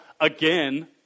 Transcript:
again